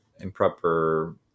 improper